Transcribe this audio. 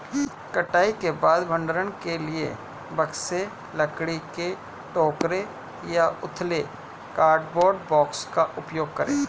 कटाई के बाद भंडारण के लिए बक्से, लकड़ी के टोकरे या उथले कार्डबोर्ड बॉक्स का उपयोग करे